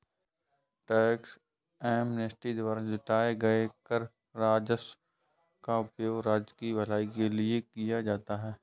tax amnesty द्वारा जुटाए गए कर राजस्व का उपयोग राज्य की भलाई के लिए किया जाता है